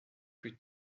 plus